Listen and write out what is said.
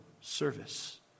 service